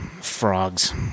frogs